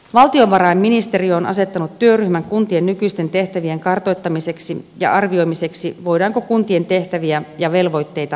valtiovarainministeriö on asettanut työryhmän kuntien nykyisten tehtävien kartoittamiseksi ja sen arvioimiseksi voidaanko kuntien tehtäviä ja velvoitteita vähentää